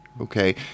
Okay